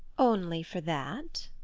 only for that?